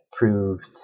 proved